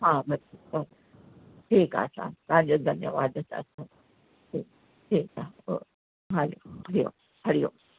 हा ठीकु आहे तव्हांजो धन्यवादु चऊं ठीकु आहे ठीकु आहे ओके ओके हा हरि ओम हरि ओम